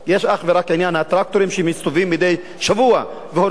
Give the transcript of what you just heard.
יש אך ורק עניין הטרקטורים שמסתובבים מדי שבוע והורסים.